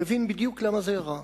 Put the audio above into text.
הוא הבין בדיוק למה זה רע.